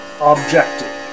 objective